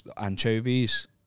anchovies